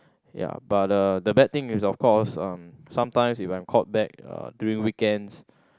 ya but uh the bad thing is of course uh sometimes if I'm called back uh during weekends